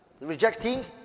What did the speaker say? Rejecting